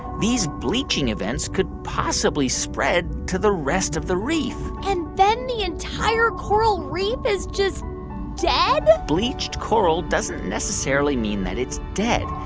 these bleaching events could possibly spread to the rest of the reef and then the entire coral reef is just dead? bleached coral doesn't necessarily mean that it's dead.